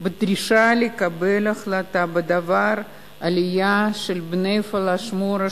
בדרישה לקבל החלטה בדבר עלייה של בני הפלאשמורה,